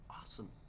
awesome